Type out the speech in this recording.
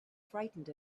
frightened